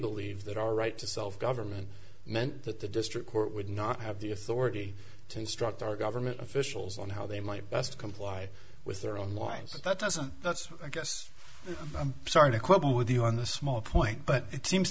believe that our right to self government meant that the district court would not have the authority to instruct our government officials on how they might best comply with their own lives but that doesn't that's i guess i'm sorry to quibble with you on the small point but it seems